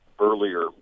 earlier